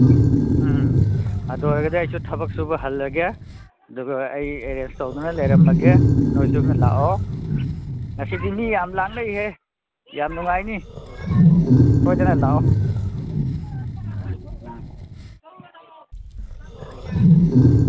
ꯎꯝ ꯑꯗꯨ ꯑꯣꯏꯔꯒꯗꯤ ꯑꯩꯁꯨ ꯊꯕꯛ ꯁꯨꯕ ꯍꯜꯂꯒꯦ ꯑꯗꯨꯒ ꯑꯩ ꯑꯦꯔꯦꯟꯖ ꯇꯧꯗꯅ ꯂꯩꯔꯝꯃꯒꯦ ꯅꯣꯏꯁꯨ ꯂꯥꯛꯑꯣ ꯉꯁꯤꯗꯤ ꯃꯤ ꯌꯥꯝ ꯂꯥꯡꯅꯩꯍꯦ ꯌꯥꯝ ꯅꯨꯡꯉꯥꯏꯅꯤ ꯁꯣꯏꯗꯅ ꯂꯥꯛꯑꯣ ꯎꯝ